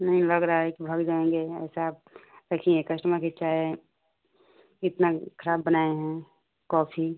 नहीं लग रहा है कि भाग जाएँगे ऐसा आप रखी हैं कश्टमर कि चाय इतना खराब बनाए हैं कॉफ़ी